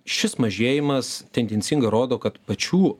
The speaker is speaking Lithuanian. šis mažėjimas tendencingai rodo kad pačių